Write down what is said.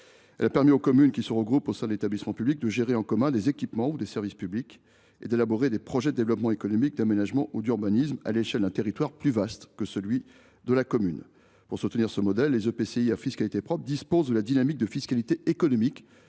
loi, les communes qui se regroupent au sein d’un établissement public de coopération communale peuvent gérer en commun des équipements ou des services publics et élaborer des projets de développement économique, d’aménagement ou d’urbanisme à l’échelle d’un territoire plus vaste que celui de la commune. Pour soutenir ce modèle, les EPCI à fiscalité propre disposent de la dynamique de fiscalité économique